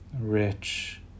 rich